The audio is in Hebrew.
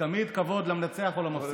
תמיד כבוד, למנצח או למפסיד.